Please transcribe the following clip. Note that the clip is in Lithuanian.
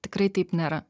tikrai taip nėra